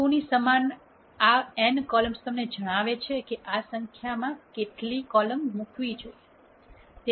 2 ની સમાન આ n કોલમ્સ તમને જણાવે છે કે આ સંખ્યા કેટલી કોલમ મૂકવી જોઈએ